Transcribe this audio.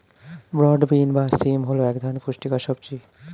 broad bean বা শিম হল এক ধরনের পুষ্টিকর সবজি